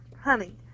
honey